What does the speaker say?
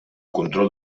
control